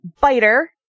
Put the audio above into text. biter